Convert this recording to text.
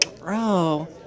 Bro